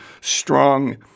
strong